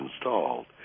installed